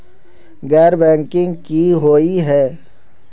गैर बैंकिंग की हुई है?